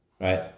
right